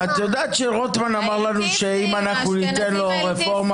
את יודעת שרוטמן אמר לנו שאם ניתן לו את הרפורמה